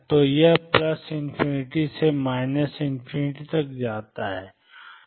तो यह ∞ से ∞ तक जाता है